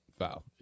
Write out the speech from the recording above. wow